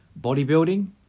Bodybuilding